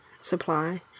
supply